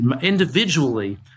individually